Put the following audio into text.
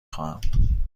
خواهم